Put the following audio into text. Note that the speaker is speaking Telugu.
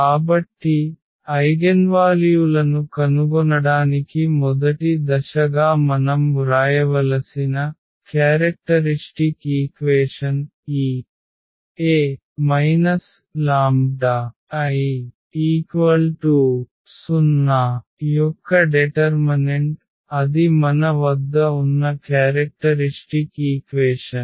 కాబట్టి ఐగెన్వాల్యూలను కనుగొనడానికి మొదటి దశగా మనం వ్రాయవలసిన లక్షణ సమీకరణం ఈ A λI 0 యొక్క డెటర్మనెంట్ అది మన వద్ద ఉన్న క్యారెక్టరిష్టిక్ ఈక్వేషన్